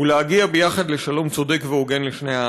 הוא להגיע יחד לשלום צודק והוגן לשני העמים.